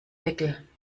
deckel